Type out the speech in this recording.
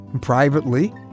privately